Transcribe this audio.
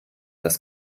das